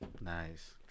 nice